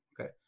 okay